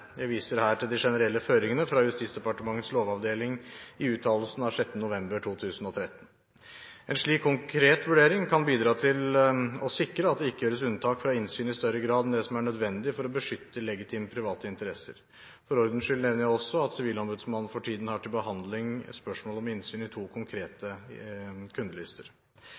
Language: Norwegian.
Jeg viser her til de generelle føringene fra Justisdepartementets lovavdeling i uttalelsen av 6. november 2013. En slik konkret vurdering kan bidra til å sikre at det ikke gjøres unntak fra innsyn i større grad enn det som er nødvendig for å beskytte legitime private interesser. For ordens skyld nevner jeg også at Sivilombudsmannen for tiden har til behandling spørsmålet om innsyn i to konkrete kundelister.